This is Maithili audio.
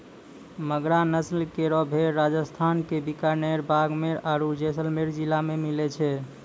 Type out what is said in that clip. मगरा नस्ल केरो भेड़ राजस्थान क बीकानेर, बाड़मेर आरु जैसलमेर जिला मे मिलै छै